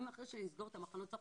גם אחרי שנסגור את המחנות,